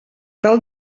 tal